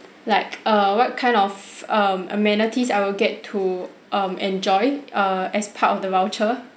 like err what kind of um amenities I will get to um enjoy err as part of the voucher